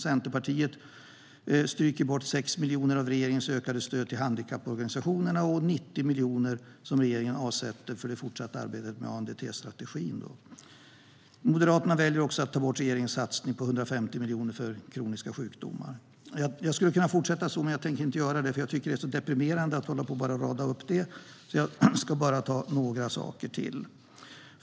Centerpartiet stryker 6 miljoner av regeringens ökade stöd till handikapporganisationerna och de 90 miljoner som regeringen avsätter för fortsatt arbete med ANDT-strategin. Moderaterna väljer även att ta bort regeringens satsning om 150 miljoner på kroniska sjukdomar. Jag skulle kunna fortsätta med uppräkningen, men jag tänker inte göra det. Jag tycker att det är så deprimerande att bara hålla på och rada upp dessa poster, men jag ska bara ta upp ytterligare några saker.